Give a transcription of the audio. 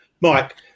Mike